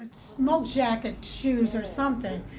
smoke jacket shoes or something.